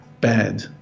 bad